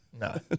no